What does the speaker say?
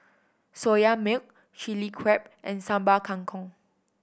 Soya Milk Chilli Crab and Sambal Kangkong